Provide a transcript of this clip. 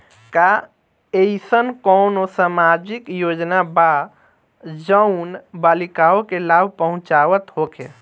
का एइसन कौनो सामाजिक योजना बा जउन बालिकाओं के लाभ पहुँचावत होखे?